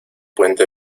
puente